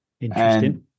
Interesting